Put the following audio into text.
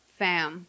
fam